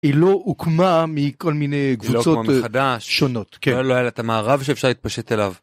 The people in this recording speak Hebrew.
היא לא הוקמה מכל מיני קבוצות שונות. היא לא הוקמה מחדש, לא היה לה את המערב שאפשר להתפשט אליו.